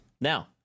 Now